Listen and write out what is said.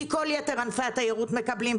כי כל יתר ענפי התיירות מקבלים,